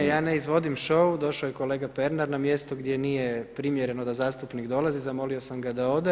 Ne, ja ne izvodim show, došao je kolega Pernar na mjesto gdje nije primjereno da zastupnik dolazi, zamolio sam ga da ode.